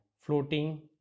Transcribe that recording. floating